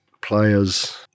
players